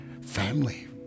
family